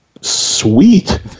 sweet